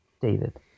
David